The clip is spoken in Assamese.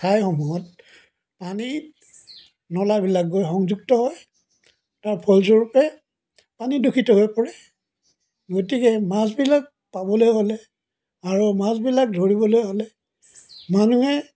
ঠাইসমূহত পানী নলাবিলাক গৈ সংযুক্ত হয় তাৰ ফলস্বৰূপে পানী দূষিত হৈ পৰে গতিকে মাছবিলাক পাবলৈ হ'লে আৰু মাছবিলাক ধৰিবলৈ হ'লে মানুহে